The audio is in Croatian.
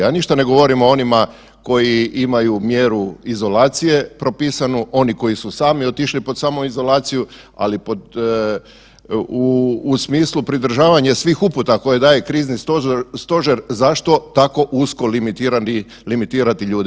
A ništa ne govorimo o onima koji imaju mjeru izolacije propisanu, oni koji su sami otišli pod samoizolaciju, ali u smislu pridržavanja svih uputa koje daje Krizni stožer zašto tako usko limitirati ljude.